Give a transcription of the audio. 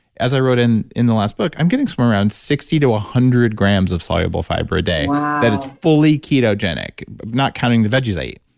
as i wrote in in the last book i'm getting somewhere around sixty to a hundred grams of soluble fiber a day that is fully ketogenic not counting the veggies i eat.